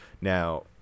Now